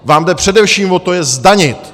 Vám jde především o to je zdanit!